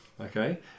okay